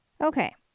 Okay